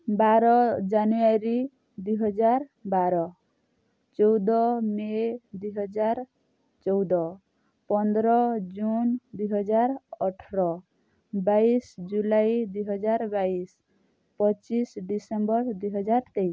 ବାର ଜାନୁଆରୀ ଦୁଇ ହଜାର ବାର ଚଉଦ ମେ ଦୁଇ ହଜାର ଚଉଦ ପନ୍ଦର ଜୁନ୍ ଦୁଇ ହଜାର ଅଠର ବାଇଶି ଜୁଲାଇ ଦୁଇ ହଜାର ବାଇଶି ପଚିଶି ଡିସେମ୍ବର ଦୁଇ ହଜାର ତେଇଶି